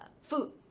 food